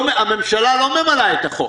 הממשלה לא מבצעת את החוק,